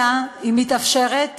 אלא היא מתאפשרת